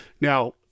Now